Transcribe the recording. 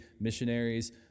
missionaries